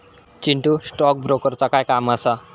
Chintu, stock ब्रोकरचा काय काम असा?